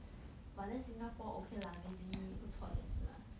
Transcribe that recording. but then Singapore okay lah maybe 不错也是 lah